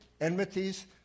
enmities